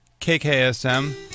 KKSM